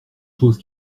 choses